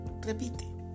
Repite